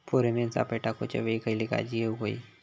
Pheromone सापळे टाकूच्या वेळी खयली काळजी घेवूक व्हयी?